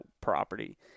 property